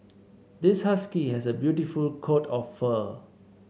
this husky has a beautiful coat of fur